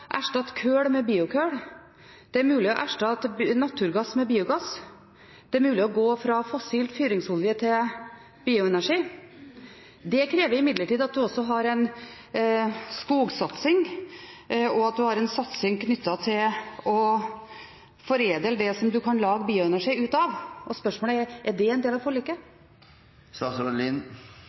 å erstatte naturgass med biogass. Det er mulig å gå fra fossil fyringsolje til bioenergi. Det krever imidlertid at en også har en skogsatsing, og at en har en satsing knyttet til å foredle det som en kan lage bioenergi av. Spørsmålet er: Er det en del av